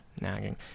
Nagging